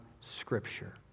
Scripture